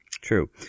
True